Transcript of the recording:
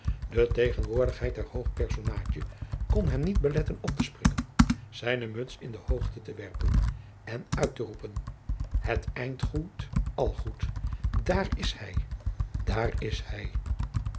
de tegenwoordigheid der hooge personaadjen kon hem niet beletten op te springen zijne muts in de jacob van lennep de pleegzoon hoogte te werpen en uit te roepen het eind goed al goed daar is hij daar is hij